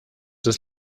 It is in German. des